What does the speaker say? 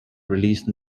release